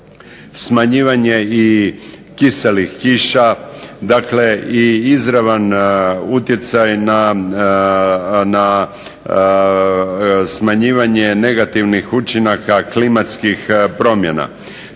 smanjivanje i kiselih kiša, dakle i izravan utjecaj na smanjivanje negativnih učinaka klimatskih promjena.